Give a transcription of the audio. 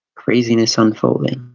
craziness unfolding